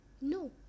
No